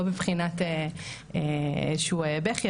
זה לא מבחינת איזה שהוא בכי,